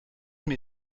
mir